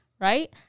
right